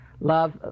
love